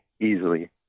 easily